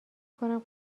میکنم